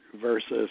versus